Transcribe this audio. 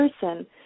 person